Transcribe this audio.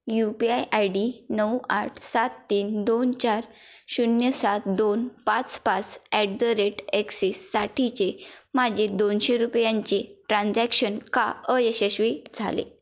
you P I I D नऊ आठ सात तीन दोन चार शून्य सात दोन पाच पाच ॲट द रेट ॲक्सिस साठीचे माझे दोनशे रुपयांचे ट्रान्झॅक्शन का अयशस्वी झाले